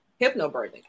hypnobirthing